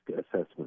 assessment